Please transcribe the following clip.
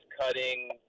cutting